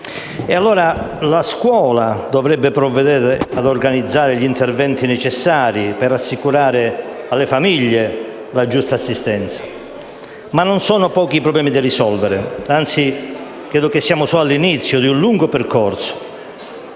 La scuola dovrebbe quindi provvedere a organizzare gli interventi necessari per assicurare alle famiglie la giusta assistenza, ma non sono pochi i problemi da risolvere; anzi, penso che siamo solo all'inizio di un lungo percorso.